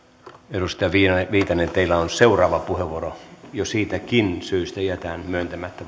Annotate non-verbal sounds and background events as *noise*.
edustaja viitanen teillä on seuraava puheenvuoro jo siitäkin syystä jätän myöntämättä *unintelligible*